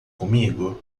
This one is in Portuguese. comigo